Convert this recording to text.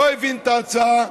לא הבין את ההצעה,